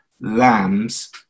lambs